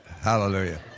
Hallelujah